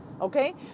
Okay